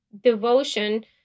devotion